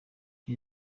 nti